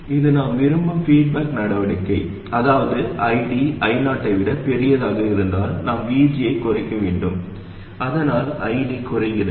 இது நாம் விரும்பும் பீட்பாக் நடவடிக்கை அதாவது ID I0 ஐ விட பெரியதாக இருந்தால் நாம் VG ஐ குறைக்க வேண்டும் அதனால் ID குறைகிறது